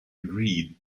agreed